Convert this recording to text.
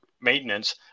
Maintenance